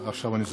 עכשיו אני זוכר.